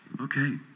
Okay